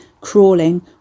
crawling